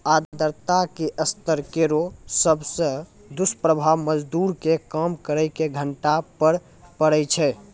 आर्द्रता के स्तर केरो सबसॅ दुस्प्रभाव मजदूर के काम करे के घंटा पर पड़ै छै